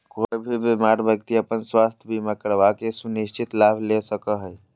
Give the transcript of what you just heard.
कोय भी बीमार व्यक्ति अपन स्वास्थ्य बीमा करवा के सुनिश्चित लाभ ले सको हय